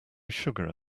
sugar